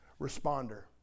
responder